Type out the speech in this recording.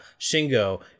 Shingo